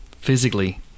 physically